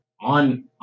on